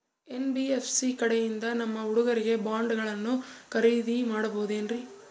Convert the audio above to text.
NBFC ಕಡೆಯಿಂದ ನಮ್ಮ ಹುಡುಗರಿಗೆ ಬಾಂಡ್ ಗಳನ್ನು ಖರೀದಿದ ಮಾಡಬಹುದೇನ್ರಿ?